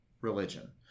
religion